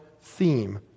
theme